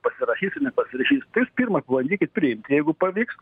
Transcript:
pasirašys ar nepasirašys tai jūs pirma pabandykit priimti jeigu pavyks